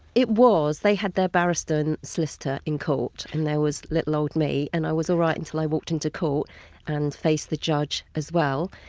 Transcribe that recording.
it was, they had their barrister and and solicitor in court and there was little old me and i was alright until i walked into court and faced the judge as well.